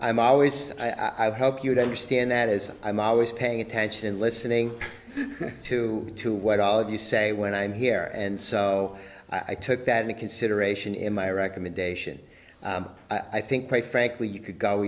i'm always i'll help you to understand that as i'm always paying attention listening to to what all of you say when i'm here and so i took that into consideration in my recommendation i think quite frankly you could go